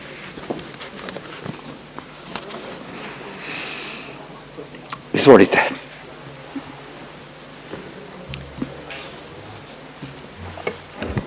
vodite.